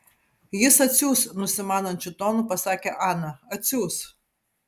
jis atsiųs nusimanančiu tonu pasakė ana atsiųs